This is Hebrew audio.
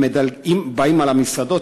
אם באים אל המסעדות,